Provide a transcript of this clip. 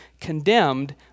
condemned